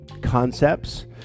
concepts